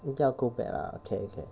应该要 go back lah okay okay